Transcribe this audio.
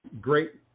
great